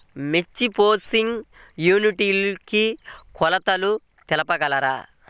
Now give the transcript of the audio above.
మిర్చి processing unit కి కొలతలు తెలుపగలరు?